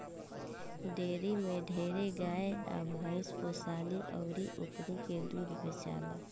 dairy में ढेरे गाय आ भइस पोसाली अउर ओकनी के दूध बेचाला